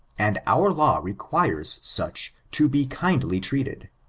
and our law requires such to be kindly treated,